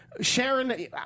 Sharon